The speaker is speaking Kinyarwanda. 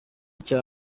cya